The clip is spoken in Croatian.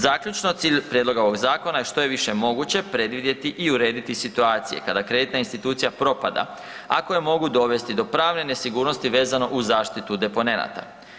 Zaključno, cilj prijedloga ovog zakona je što je više moguće predvidjeti i urediti situacije kada kreditna institucija propada, a koje mogu dovesti do pravne nesigurnosti vezano u zaštitu deponenata.